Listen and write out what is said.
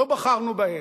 לא בחרנו בהן.